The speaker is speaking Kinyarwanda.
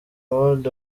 ward